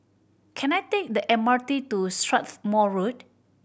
can I take the M R T to Strathmore Road